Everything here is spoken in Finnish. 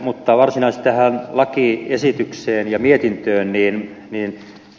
mutta varsinaisesti tähän lakiesitykseen ja mietintöön